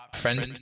friend